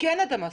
את המסכה,